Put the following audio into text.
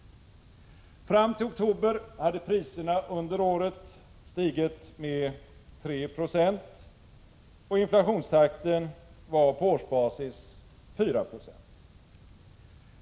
Fram till oktober hade priserna under året stigit med 3 22, och inflationstakten var 4 6 på årsbasis.